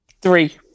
Three